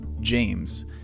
James